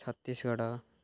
Chhattisgarh